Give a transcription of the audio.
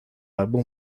álbum